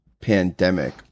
Pandemic